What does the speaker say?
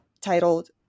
titled